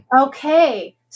Okay